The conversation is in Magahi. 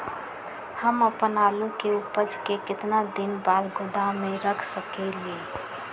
हम अपन आलू के ऊपज के केतना दिन बाद गोदाम में रख सकींले?